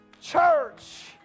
church